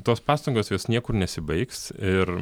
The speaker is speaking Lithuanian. tos pastangos jos niekur nesibaigs ir